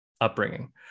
upbringing